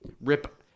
Rip